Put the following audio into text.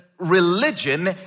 Religion